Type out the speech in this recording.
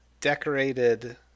decorated